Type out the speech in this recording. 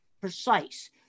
precise